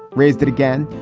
raised it again.